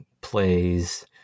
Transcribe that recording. plays